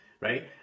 Right